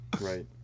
right